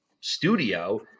studio